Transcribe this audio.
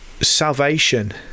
salvation